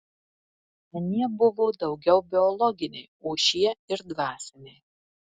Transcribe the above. anie buvo daugiau biologiniai o šie ir dvasiniai